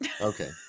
Okay